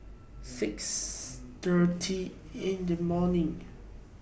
six thirty in The morning